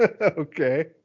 Okay